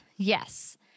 Yes